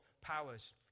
powers